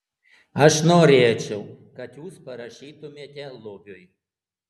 aš norėčiau kad jūs parašytumėte lubiui